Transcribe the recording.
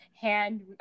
hand